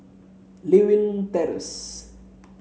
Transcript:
Lewin Terrace